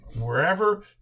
Wherever